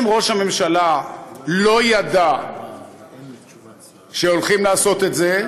אם ראש הממשלה לא ידע שהולכים לעשות את זה,